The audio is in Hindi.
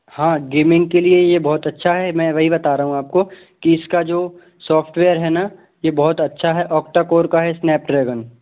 हाँ गेमिंग के लिए ये बहुत अच्छा है मैं वही बता रहा हूँ आपको कि इसका जो सॉफ्टवेयर है ना ये बहुत अच्छा है ऑक्टा कोर का है स्नैपड्रेगन